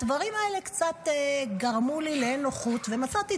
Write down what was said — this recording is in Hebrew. הדברים האלה קצת גרמו לי לאי-נוחות ומצאתי